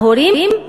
ההורים,